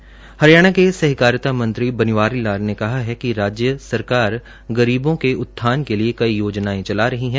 हरियाणा के सहकारिता मंत्री बनवारी लाल ने कहा है कि राज्य सरकार गरीबों के उत्थान के लिए कई योजनाएं चला रही है